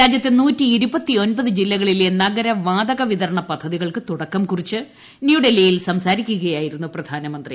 രാജ്യത്തെ ദ്ദ് ജില്ലകളിലെ നഗര വാതകവിതരണ പദ്ധതികൾക്ക് തുട്ക്കം കുറിച്ച് ന്യൂഡൽഹിയിൽ സംസാരിക്കുകയായിരുന്നു പ്രധാന്യമന്ത്രി